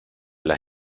las